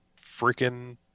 freaking